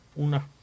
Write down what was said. una